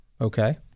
Okay